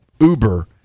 Uber